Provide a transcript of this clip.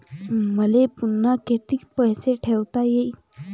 मले पुन्हा कितीक पैसे ठेवता येईन?